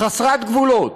חסרת גבולות.